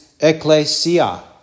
Ecclesia